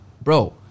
bro